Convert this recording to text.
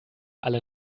alle